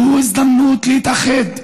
חבריי חברי הכנסת, זו הזדמנות להתאחד ולדרוש,